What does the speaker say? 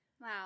wow